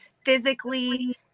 Physically